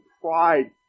pride